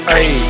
Hey